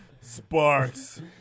Sparks